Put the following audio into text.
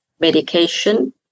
medication